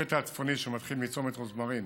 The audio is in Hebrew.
הקטע הצפוני, שמתחיל מצומת רוזמרין